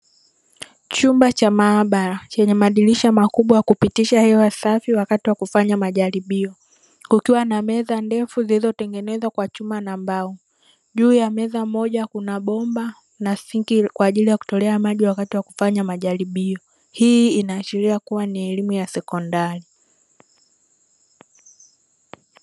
Chumba cha maabara chenye madirisha makubwa ya kupitisha hewa safi wakati wa kufanya majaribio, kukiwa na meza ndefu zilizotengezewa kwa chuma na mbao juu ya meza moja kuna bomba na sinki kwaajili ya kumtolea maji wakati wa kufanya majaribio, hii inaashilia kuwa ni elimu ya sekondari.